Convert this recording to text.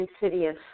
insidious